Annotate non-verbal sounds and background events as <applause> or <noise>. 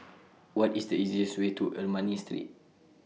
<noise> What IS The easiest Way to Ernani Street